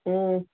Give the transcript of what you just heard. ꯎꯝ